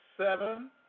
Seven